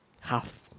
half